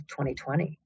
2020